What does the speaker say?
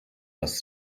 das